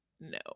No